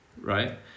right